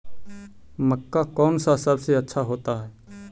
मक्का कौन सा सबसे अच्छा होता है?